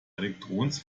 elektrons